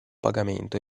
pagamento